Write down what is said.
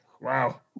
Wow